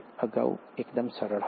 અગાઉ તે એકદમ સરળ હતું